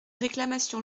réclamation